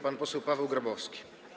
Pan poseł Paweł Grabowski.